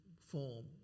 form